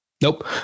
Nope